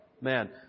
man